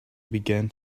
began